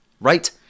right